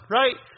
right